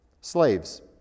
Slaves